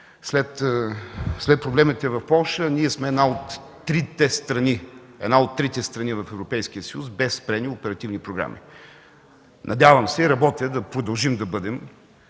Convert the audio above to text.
след проблемите в Полша, ние сме една от трите страни в Европейския съюз без спрени оперативни програми. Надявам се и работя да продължим да бъдем